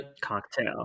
Cocktail